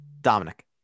Dominic